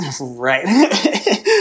Right